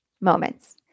moments